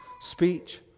speech